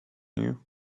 you